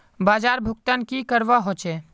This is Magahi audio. बाजार भुगतान की करवा होचे?